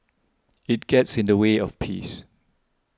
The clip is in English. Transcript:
it gets in the way of peace